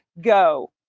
go